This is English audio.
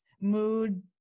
mood